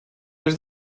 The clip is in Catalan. est